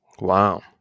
Wow